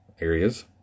areas